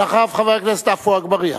אחריו, חבר הכנסת עפו אגבאריה,